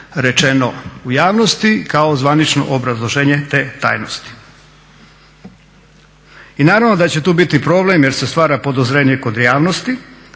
rečeno u javnosti kao zvanično obrazloženje te tajnosti. I naravno da će tu biti problem jer se stvara podozrenje u javnosti